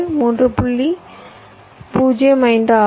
05 ஆகும்